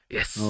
Yes